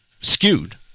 skewed